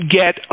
get